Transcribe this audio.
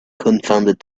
confounded